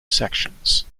sections